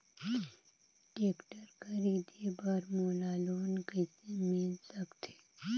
Tractor खरीदे बर मोला लोन कइसे मिल सकथे?